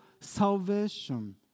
salvation